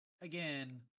again